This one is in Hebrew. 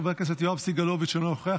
חבר הכנסת יואב סגלוביץ' אינו נוכח,